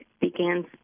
begins